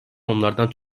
onlardan